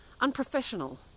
unprofessional